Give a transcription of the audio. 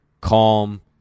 Calm